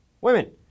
women